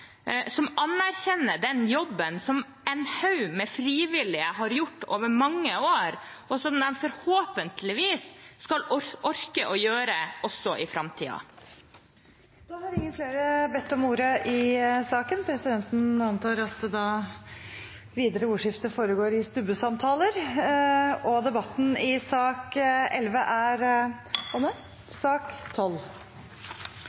som anerkjenner den jobben som en haug med frivillige har gjort over mange år, og som de forhåpentligvis skal orke å gjøre også i framtiden. Flere har ikke bedt om ordet til sak nr. 11. Presidenten antar at videre ordskifte foregår i stubbesamtaler. Etter ønske fra energi- og